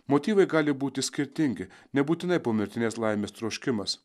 motyvai gali būti skirtingi nebūtinai pomirtinės laimės troškimas